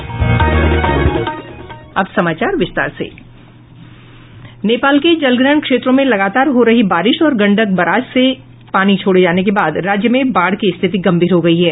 नेपाल के जलग्रहण क्षेत्र में लगातार हो रही भारी बारिश और गंडक बराज से पानी छोड़े जाने के बाद राज्य में बाढ़ की स्थिति गंभीर हो गयी है